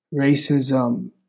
racism